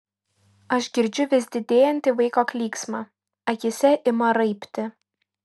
aš girdžiu vis didėjantį vaiko klyksmą akyse ima raibti